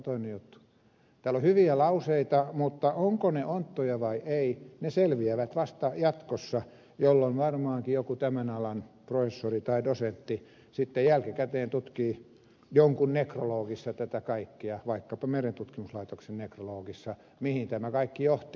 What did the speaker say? täällä on hyviä lauseita mutta ovatko ne onttoja vai ei se selviää vasta jatkossa jolloin varmaankin joku tämän alan professori tai dosentti sitten jälkikäteen tutkii jonkun nekrologissa tätä kaikkea vaikkapa merentutkimuslaitoksen nekrologissa mihin tämä kaikki johti